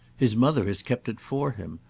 his mother has kept it for him,